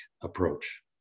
approach